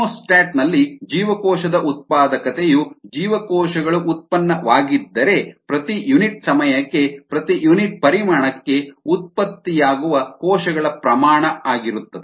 chemostat ನಲ್ಲಿ ಜೀವಕೋಶದ ಉತ್ಪಾದಕತೆಯು ಜೀವಕೋಶಗಳು ಉತ್ಪನ್ನವಾಗಿದ್ದರೆ ಪ್ರತಿ ಯುನಿಟ್ ಸಮಯಕ್ಕೆ ಪ್ರತಿ ಯುನಿಟ್ ಪರಿಮಾಣಕ್ಕೆ ಉತ್ಪತ್ತಿಯಾಗುವ ಕೋಶಗಳ ಪ್ರಮಾಣ ಆಗಿರುತ್ತದೆ